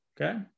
Okay